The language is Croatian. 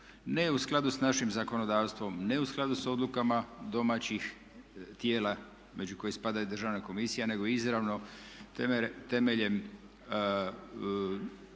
ne u skladu s našim zakonodavstvom, ne u skladu s odlukama domaćih tijela među koje spada i Državna komisija nego izravno temeljem